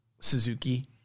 Suzuki